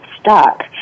stuck